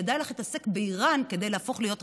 כדאי לך להתעסק באיראן כדי להפוך להיות רלוונטית.